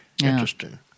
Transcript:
Interesting